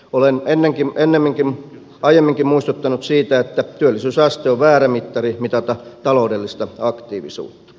olen aiemminkin muistuttanut siitä että työllisyysaste on väärä mittari mitata taloudellista aktiivisuutta